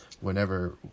whenever